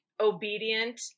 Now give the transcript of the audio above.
obedient